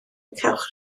cewch